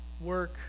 work